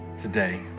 today